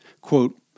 Quote